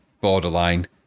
borderline